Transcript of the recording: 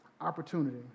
opportunity